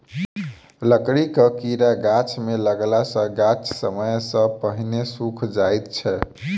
लकड़ीक कीड़ा गाछ मे लगला सॅ गाछ समय सॅ पहिने सुइख जाइत छै